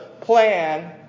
plan